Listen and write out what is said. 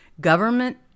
Government